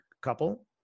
couple